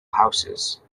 houses